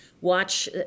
watch